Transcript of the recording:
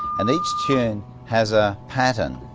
and each tune has a pattern.